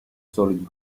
solid